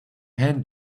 hand